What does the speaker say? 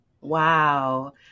Wow